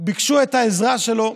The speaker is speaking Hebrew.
וביקשו את העזרה שלו.